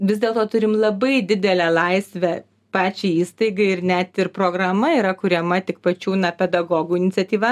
vis dėlto turim labai didelę laisvę pačiai įstaigai ir net ir programa yra kuriama tik pačių na pedagogų iniciatyva